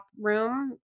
room